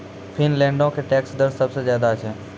फिनलैंडो के टैक्स दर सभ से ज्यादे छै